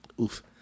Oof